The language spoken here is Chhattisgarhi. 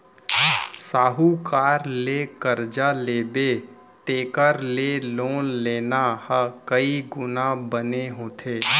साहूकार ले करजा लेबे तेखर ले लोन लेना ह कइ गुना बने होथे